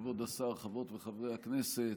כבוד השר, חברות וחברי הכנסת,